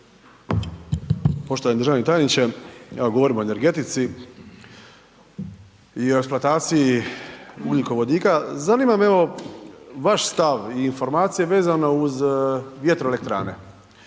Poštovani državni tajniče, evo govorimo o energetici i o eksploataciji ugljikovodika, zanima me evo vaš stav i informaciju vezano uz vjetroelektrane.